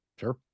Sure